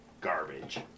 garbage